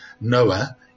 Noah